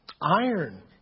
Iron